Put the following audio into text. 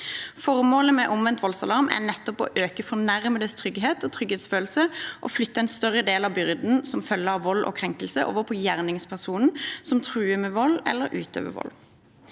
Formålet med omvendt voldsalarm er nettopp å øke fornærmedes trygghet og trygghetsfølelse og flytte en større del av byrden som følger av vold og krenkelser, over på gjerningspersonen som truer med eller utøver vold.